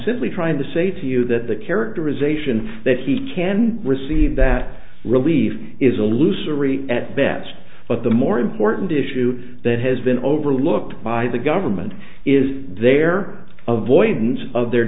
simply trying to say to you that the characterization that he can receive that relief is illusory at best but the more important issue that has been overlooked by the government is there a void means of their